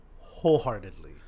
wholeheartedly